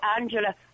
Angela